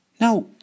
Now